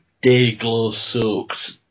day-glow-soaked